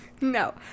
No